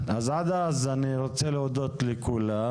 אז עד אז אני רוצה להודות לכולם.